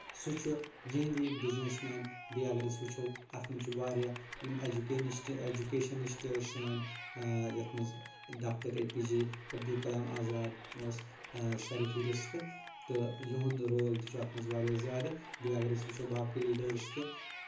سُہ چھُ یِہنٛدی بِزنس مین بیٚیہِ اگرٕے أسۍ وٕچھو اَتھ منٛز چھُ واریاہ یِم اؠجوکینشٹہٕ ایجوکیشنشٹہٕ ٲسۍ سٲنۍ یتھ منٛز doctor A P J Abdul Kalam Azad اوس سَرِفرستہٕ تہٕ یِہُنٛد رول تہِ چھُ اتھ منٛز واریاہ زیادٕ بیٚیہِ اگر أسۍ وٕچھو باقٕے لیٖڈٲرٕس تہِ